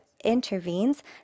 intervenes